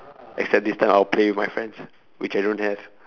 except this time I'll play with my friends which I don't have